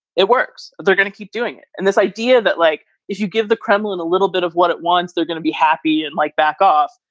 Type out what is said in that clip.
it works. they're going to keep doing it. and this idea that, like, if you give the kremlin a little bit of what it wants, they're going to be happy and like, back off.